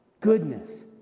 goodness